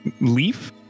Leaf